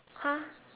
!huh!